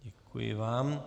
Děkuji vám.